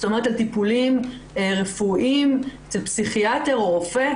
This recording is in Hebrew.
כלומר על טיפולים רפואיים אצל פסיכיאטר או רופא.